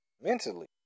Mentally